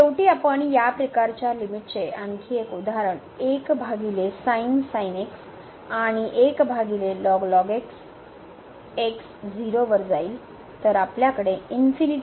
शेवटी आपण या प्रकारच्या लिमिट चे आणखी एक उदाहरण आणि x 0 वर जाईल